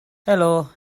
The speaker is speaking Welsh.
helo